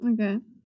Okay